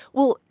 well,